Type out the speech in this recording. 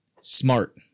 smart